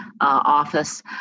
office